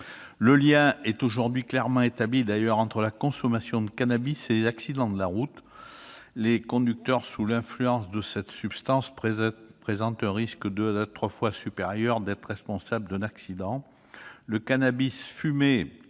le lien est aujourd'hui clairement établi entre la consommation de cannabis et les accidents de la route. Les conducteurs sous influence de cette substance présentent un risque deux à trois fois supérieur à la normale d'être responsables d'un accident. Le cannabis fumé